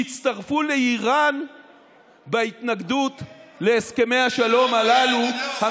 תצטרפו לאיראן בהתנגדות להסכמי השלום הללו,